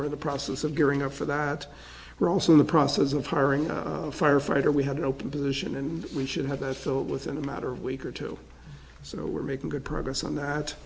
we're in the process of gearing up for that we're also in the process of hiring a firefighter we had an open position and we should have that fill it within a matter of week or two so we're making good progress on that